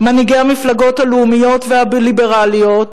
מנהיגי המפלגות הלאומיות והליברליות